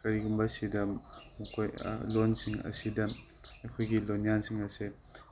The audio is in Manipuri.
ꯀꯔꯤꯒꯨꯝꯕ ꯁꯤꯗ ꯂꯣꯟꯁꯤꯡ ꯑꯁꯤꯗ ꯑꯩꯈꯣꯏꯒꯤ ꯂꯣꯟꯌꯥꯟꯁꯤꯡ ꯑꯁꯦ